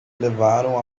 levaram